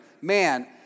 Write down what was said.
man